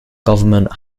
government